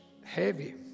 heavy